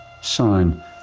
sign